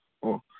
ꯑꯣ